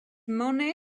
money